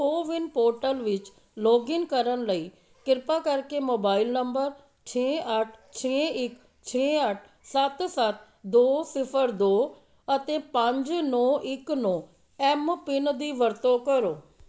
CoWIN portal ਵਿੱਚ login ਕਰਨ ਲਈ ਕਿਰਪਾ ਕਰਕੇ ਮੋਬਾਈਲ ਨੰਬਰ ਛੇ ਅੱਠ ਛੇ ਇੱਕ ਛੇ ਅੱਠ ਸੱਤ ਸੱਤ ਦੋ ਸਿਫਰ ਦੋ ਅਤੇ ਪੰਜ ਨੌਂ ਇੱਕ ਨੌਂ ਐਮਪਿੰਨ ਦੀ ਵਰਤੋਂ ਕਰੋ